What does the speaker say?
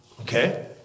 Okay